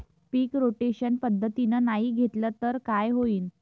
पीक rotation पद्धतीनं नाही घेतलं तर काय होईन?